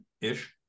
ish